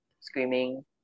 screaming